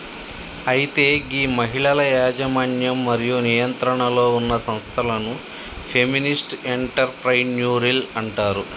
అయితే గీ మహిళల యజమన్యం మరియు నియంత్రణలో ఉన్న సంస్థలను ఫెమినిస్ట్ ఎంటర్ప్రెన్యూరిల్ అంటారు